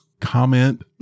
comment